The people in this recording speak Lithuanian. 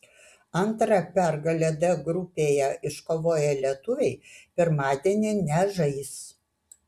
antra pergalę d grupėje iškovoję lietuviai pirmadienį nežais